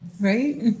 right